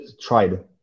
tried